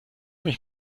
mich